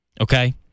okay